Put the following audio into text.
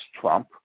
Trump